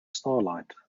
starlight